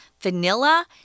vanilla